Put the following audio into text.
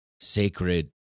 sacred